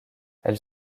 elle